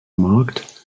markt